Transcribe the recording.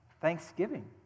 thanksgiving